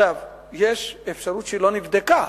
יש אפשרות שלא נבדקה.